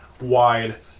wide